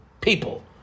people